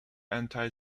anti